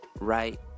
right